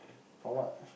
for what